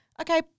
Okay